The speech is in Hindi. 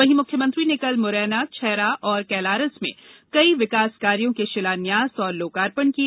वहीं मुख्यमंत्री ने कल मुरैना छैरा और कैलारस में कई विकास कार्यों के शिलायान्स तथा लोकार्पण किए